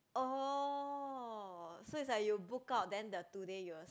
oh so it's like you book out then the two day you will